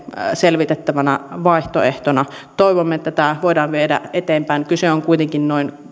selvitettävänä vaihtoehtona toivomme että tätä voidaan viedä eteenpäin kyse on kuitenkin noin